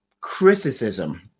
criticism